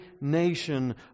nation